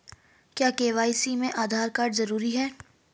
क्या के.वाई.सी में आधार कार्ड जरूरी है?